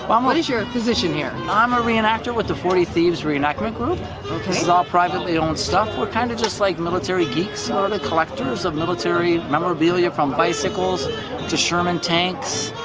um what is your position here? i'm a reenactor with the forty thieves reenactment group. this is all privately owned stuff. we're kind of just like military geeks ah and collectors of military memorabilia, from bicycles to sherman tanks,